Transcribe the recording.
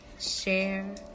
Share